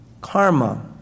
Karma